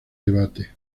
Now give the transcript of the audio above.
debate